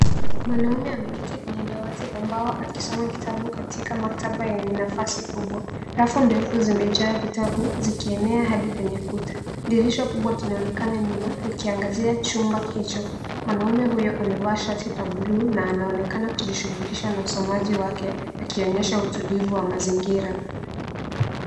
Mwanaume ameketi kwenye dawati la mbao akisoma kitabu katika maktaba yenye nafasi kubwa. Rafu ndefu zimejaa vitabu zikienea hadi kwenye kuta. Dirisha kubwa kinaonekana nyuma likiangazia chumba hicho. Mwanaume huyo amevaa shati la bluu na anaonekana kujishughulisha na usomaji wake akionyesha utulivu wa mazingira.